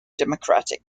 democratic